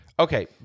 Okay